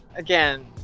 Again